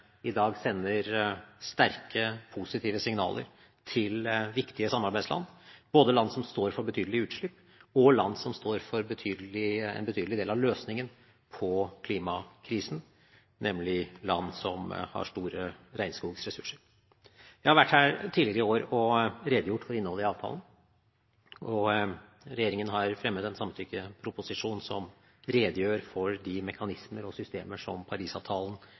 i dag sender sterke, positive signaler til viktige samarbeidsland, både land som står for betydelige utslipp, og land som står for en betydelig del av løsningen på klimakrisen, nemlig land som har store regnskogressurser. Jeg har vært her tidligere i år og redegjort for innholdet i avtalen. Regjeringen har fremmet en samtykkeproposisjon som redegjør for de mekanismer og systemer som